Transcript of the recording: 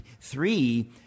three